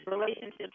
relationships